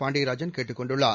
பாண்டியராஜன் கேட்டுக் கொண்டுள்ளார்